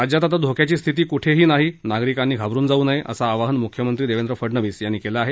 राज्यात आता धोक्याची स्थिती कुठेही नाही नागरिकांनी घाबरून जाऊ नये असं आवाहन मुख्यमंत्री देवेंद्र फडनवीस यांनी केलं आहे